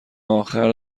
آخر